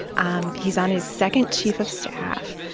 and he's on his second chief of staff,